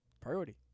priority